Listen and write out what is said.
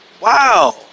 wow